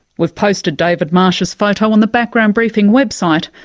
we've posted david marsh's photo on the background briefing website,